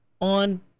on